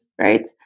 right